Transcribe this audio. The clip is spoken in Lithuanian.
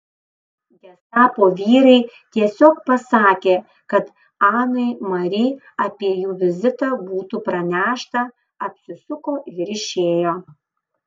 gestapo vyrai tiesiog pasakė kad anai mari apie jų vizitą būtų pranešta apsisuko ir išėjo